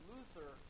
Luther